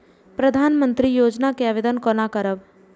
प्रधानमंत्री योजना के आवेदन कोना करब?